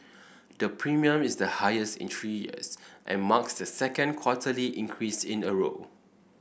the premium is the highest in three years and marks the second quarterly increase in a row